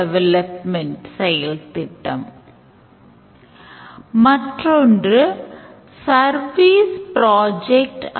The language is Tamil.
use caseகள் அடிப்படையில் செயல்பாட்டுத் தேவைகள் ஆகும்